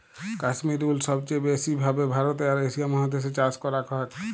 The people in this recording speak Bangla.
কাশ্মির উল সবচে ব্যাসি ভাবে ভারতে আর এশিয়া মহাদেশ এ চাষ করাক হয়ক